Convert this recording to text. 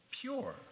pure